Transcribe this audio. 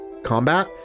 combat